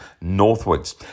northwards